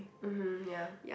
mmhmm ya